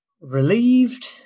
Relieved